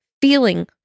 feeling